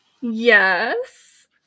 Yes